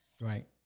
Right